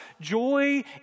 Joy